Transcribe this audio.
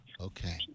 Okay